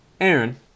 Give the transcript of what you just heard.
Aaron